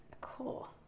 Cool